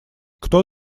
кто